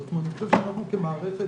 זאת אומרת שאנחנו כמערכת,